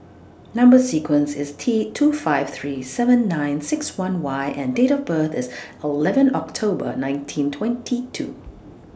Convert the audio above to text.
Number sequence IS T two five three seven nine six one Y and Date of birth IS O eleven October nineteen twenty two